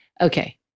okay